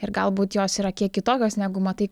ir galbūt jos yra kiek kitokios negu matai